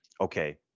okay